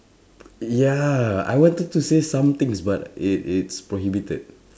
ya I wanted to say some things but it it's prohibited